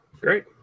Great